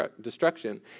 destruction